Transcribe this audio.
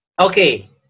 Okay